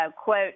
quote